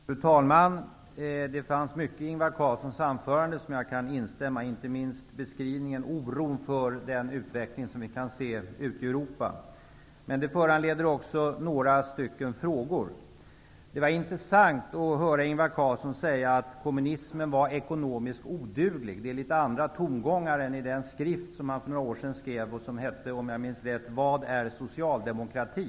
Fru talman! Det fanns mycket i Ingvar Carlssons anförande som jag kan instämma i, inte minst beskrivningen av oron för utvecklingen som vi kan se ute i Europa. Men anförandet föranleder också några frågor. Det var intressant att höra Ingvar Carlsson säga att kommunismen är ekonomiskt oduglig. Det är litet andra tongångar än i den bok som han skrev för några år sedan. Den hette, om jag minns rätt, Vad är socialdemokrati?